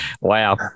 Wow